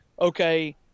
okay